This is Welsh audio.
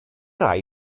rai